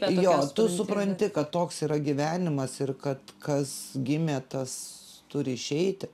jo tu supranti kad toks yra gyvenimas ir kad kas gimė tas turi išeiti